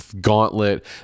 gauntlet